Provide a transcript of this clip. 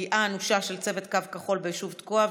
פגיעה אנושה של צוות קו כחול ביישוב תקוע,